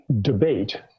debate